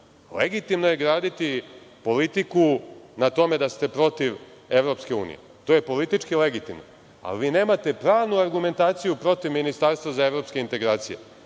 Legitimno je graditi politiku na tome da ste protiv Evropske unije, to je politički legitimno, ali vi nemate pravnu argumentaciju protiv ministarstva za evropske integracije